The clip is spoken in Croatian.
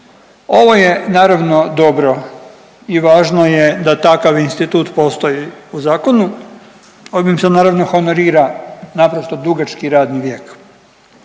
Ovo je naravno dobro i važno je da takav institut postoji u zakonu. Ovim se naravno honorira naprosto dugački radni vijek.